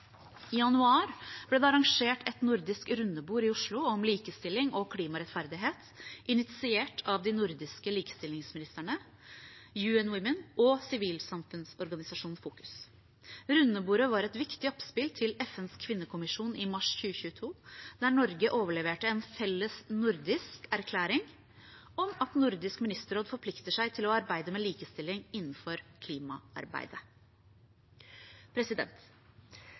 I januar ble det arrangert et nordisk rundebord i Oslo om likestilling og klimarettferdighet, initiert av de nordiske likestillingsministrene, UN Women og sivilsamfunnsorganisasjonen FOKUS. Rundebordet var et viktig oppspill til FNs kvinnekommisjon i mars 2022, der Norge overleverte en fellesnordisk erklæring om at Nordisk ministerråd forplikter seg til å arbeide med likestilling innenfor